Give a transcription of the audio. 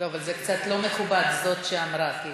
לא, אבל זה קצת לא מכובד "זאת שאמרה".